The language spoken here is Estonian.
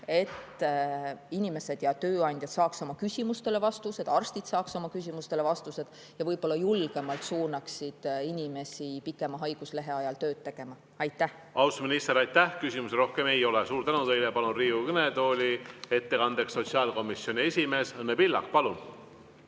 et [töötajad] ja tööandjad saaksid oma küsimustele vastused, arstid saaksid oma küsimustele vastused ja võib-olla julgemalt suunaksid inimesi pikema haiguslehe ajal tööd tegema. Austatud minister, aitäh! Küsimusi rohkem ei ole. Suur tänu teile! Palun Riigikogu kõnetooli ettekandeks sotsiaalkomisjoni esimehe Õnne Pillaku. Palun!